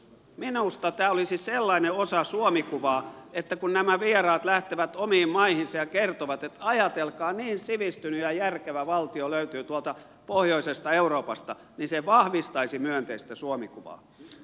minusta tämä olisi sellainen osa suomi kuvaa että kun nämä vieraat lähtevät omiin maihinsa ja kertovat että ajatelkaa niin sivistynyt ja järkevä valtio löytyy tuolta pohjoisesta euroopasta niin se vahvistaisi myönteistä suomi kuvaa